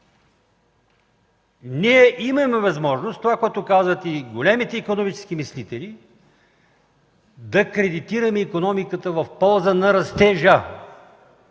Ние имаме възможност – това, което казват и големите икономически мислители, да кредитираме икономиката в полза на растежа,